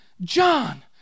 John